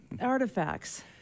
artifacts